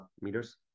meters